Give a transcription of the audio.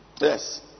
Yes